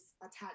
attached